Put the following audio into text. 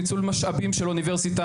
ניצול משאבים של אוניברסיטה,